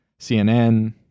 cnn